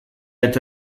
eta